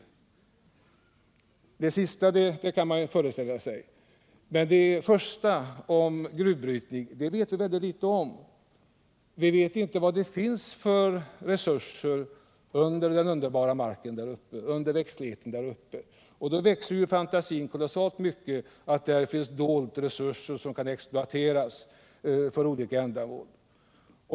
Vari problemen ligger för det senare kan man föreställa sig, men gruvbrytningens framtid vet vi väldigt litet om. Vi vet inte vilka resurser som finns under den underbara marken och växtligheten uppe i norr. Då växer fantasin hos oss; vi tänker oss att där finns dolda resurser som kan exploateras för olika ändamål.